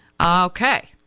Okay